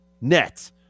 net